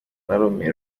narumiwe